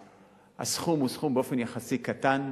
הסכום הוא סכום באופן יחסי קטן.